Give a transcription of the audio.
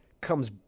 comes